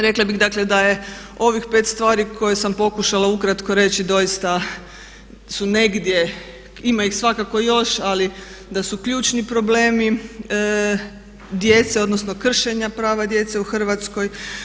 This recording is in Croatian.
Rekla bih dakle da je ovih 5 stvari koje sam pokušala ukratko reći doista su negdje, ima ih svakako još ali da su ključni problemi djece, odnosno kršenja prava djece u Hrvatskoj.